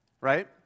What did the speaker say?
right